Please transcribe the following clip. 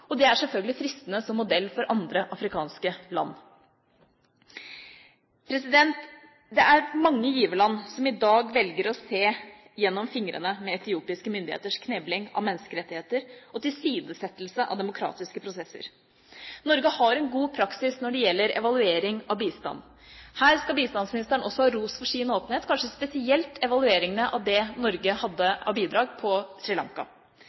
og det er selvfølgelig fristende som modell for andre afrikanske land. Det er mange giverland som i dag velger å se gjennom fingrene med etiopiske myndigheters knebling av menneskerettigheter og tilsidesettelse av demokratiske prosesser. Norge har en god praksis når det gjelder evaluering av bistand. Her skal bistandsministeren også ha ros for sin åpenhet, kanskje spesielt i evalueringene av det Norge hadde av bidrag på